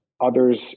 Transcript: others